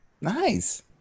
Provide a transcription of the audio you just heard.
Nice